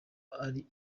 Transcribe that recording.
ari